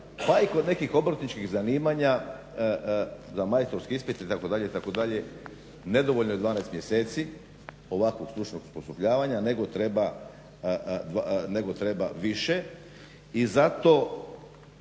pa i kod nekih obrtničkih zanimanja za majstorski ispit itd. nedovoljno je 12 mjeseci ovakvog stručnog osposobljavanja nego treba više. I zato